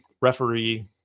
referee